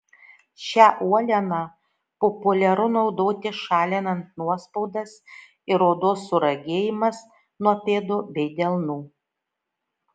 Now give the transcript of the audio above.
šią uolieną populiaru naudoti šalinant nuospaudas ir odos suragėjimas nuo pėdų bei delnų